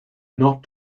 not